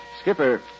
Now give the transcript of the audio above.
Skipper